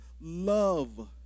love